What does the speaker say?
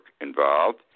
involved